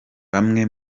bamwe